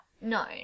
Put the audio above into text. No